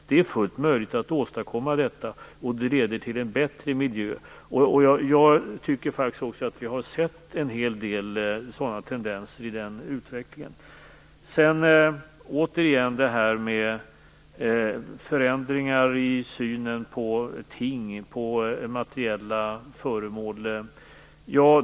Det är fullt möjligt att åstadkomma detta, och det leder till en bättre miljö. Jag tycker också att man har sett en hel del sådana här tendenser i utvecklingen. Man talar om förändringar i synen på tingen, på de materiella föremålen.